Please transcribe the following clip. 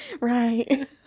right